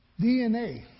DNA